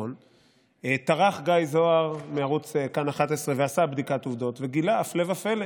אדוני היושב-ראש, ואין לי מילה אחרת, בשם "חורבן".